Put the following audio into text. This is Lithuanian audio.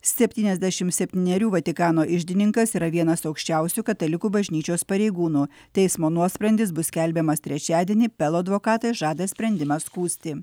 septyniasdešimt septynerių vatikano iždininkas yra vienas aukščiausių katalikų bažnyčios pareigūnų teismo nuosprendis bus skelbiamas trečiadienį pelo advokatai žada sprendimą skųsti